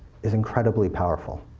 is incredibly powerful.